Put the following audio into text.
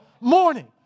morning